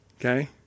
Okay